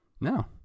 No